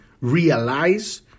realize